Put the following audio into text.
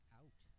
out